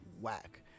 whack